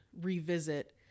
revisit